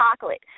chocolate